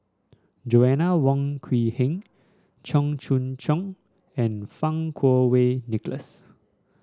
Joanna Wong Quee Heng Cheong Choong Kong and Fang Kuo Wei Nicholas